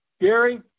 Gary